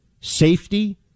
safety